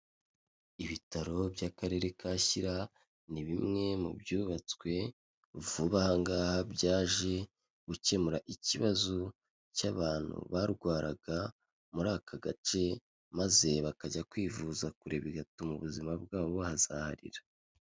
Ibitaro by'Akarere ka Shyira, ni bimwe mu byubatswe vuba aha ngaha byaje gukemura ikibazo cy'abantu barwaraga muri aka gace, maze bakajya kwivuza kure bigatuma ubuzima bwabo buhazaharira.